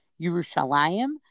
Yerushalayim